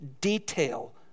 detail